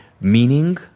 meaning